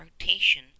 rotation